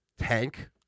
tank